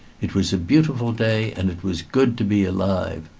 it was a beautiful day, and it was good to be alive.